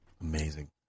Amazing